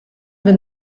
will